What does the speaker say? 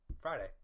friday